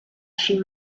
she